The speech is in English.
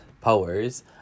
powers